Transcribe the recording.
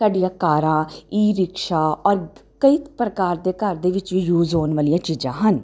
ਸਾਡੀਆਂ ਕਾਰਾਂ e rickshaw ਔਰ ਕਈ ਪ੍ਰਕਾਰ ਦੇ ਘਰ ਦੇ ਵਿੱਚ ਯੂਜ ਹੋਣ ਵਾਲੀਆਂ ਚੀਜ਼ਾਂ ਹਨ